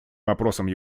вопросом